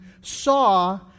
saw